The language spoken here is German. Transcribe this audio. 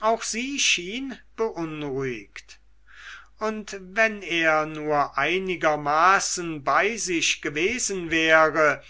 auch sie schien beunruhigt und wenn er nur einigermaßen bei sich gewesen wäre